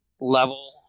level